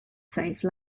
safe